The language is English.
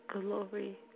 Glory